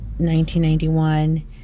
1991